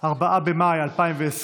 4 במאי 2020,